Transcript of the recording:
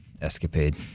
escapade